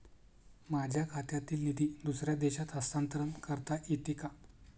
माझ्या खात्यातील निधी दुसऱ्या देशात हस्तांतर करता येते का?